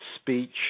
speech